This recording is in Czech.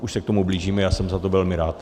Už se k tomu blížíme a jsem za to velmi rád.